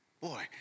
Boy